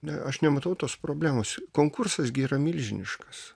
ne aš nematau tos problemos konkursas gi yra milžiniškas